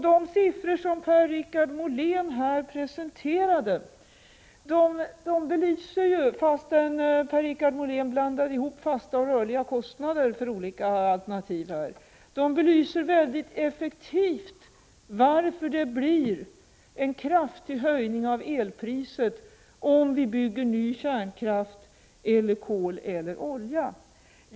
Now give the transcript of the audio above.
De siffror som Per-Richard Molén presenterade belyser, fastän Per Richard Molén blandade ihop fasta och rörliga kostnader för olika alternativ, mycket effektivt varför det blir en kraftig höjning av elpriset om vi bygger nya kärnkrafts-, kolkraftseller oljekraftsanläggningar.